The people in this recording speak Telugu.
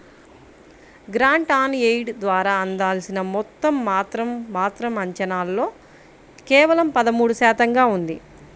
గ్రాంట్ ఆన్ ఎయిడ్ ద్వారా అందాల్సిన మొత్తం మాత్రం మాత్రం అంచనాల్లో కేవలం పదమూడు శాతంగా ఉంది